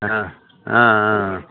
ஆ ஆ ஆ